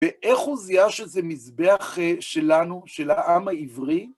ואיך הוא זיהה שזה מזבח שלנו, של העם העברי?